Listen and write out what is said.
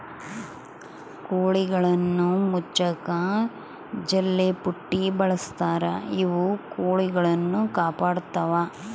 ಕೋಳಿಗುಳ್ನ ಮುಚ್ಚಕ ಜಲ್ಲೆಪುಟ್ಟಿ ಬಳಸ್ತಾರ ಇವು ಕೊಳಿಗುಳ್ನ ಕಾಪಾಡತ್ವ